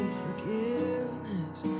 forgiveness